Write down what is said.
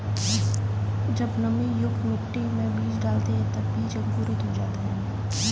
जब नमीयुक्त मिट्टी में बीज डालते हैं तब बीज अंकुरित हो जाता है